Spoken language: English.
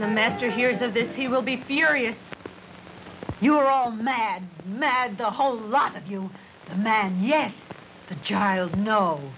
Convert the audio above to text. the master hears of this he will be furious you are all mad mad the whole lot of you men yes the child no